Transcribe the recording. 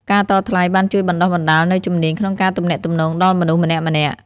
ការតថ្លៃបានជួយបណ្តុះបណ្តាលនូវជំនាញក្នុងការទំនាក់ទំនងដល់មនុស្សម្នាក់ៗ។